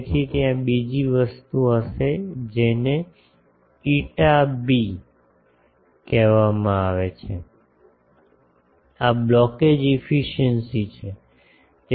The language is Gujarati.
તેથી ત્યાં બીજી વસ્તુ હશે જેને ઇટા બીકહેવામાં આવે છે આ બ્લોકેજ એફિસિએંસી છે